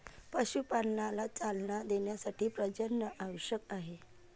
पशुपालनाला चालना देण्यासाठी प्रजनन आवश्यक आहे